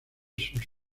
sus